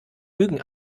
lügen